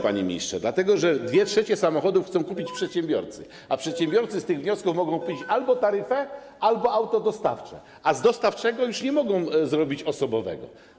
Panie ministrze, dlatego że 2/3 samochodów chcą kupić przedsiębiorcy, a przedsiębiorcy z tych wniosków mogą kupić albo taryfę, albo auto dostawcze, a z dostawczego już nie mogą zrobić osobowego.